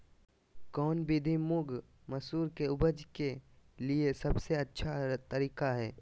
कौन विधि मुंग, मसूर के उपज के लिए सबसे अच्छा तरीका है?